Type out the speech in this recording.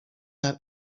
not